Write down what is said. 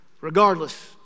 regardless